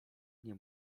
nie